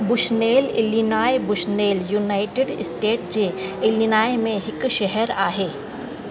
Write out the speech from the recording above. Bushnell Illinois Bushnell United States जे Illinois में हिकु शहेर आहे